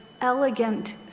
elegant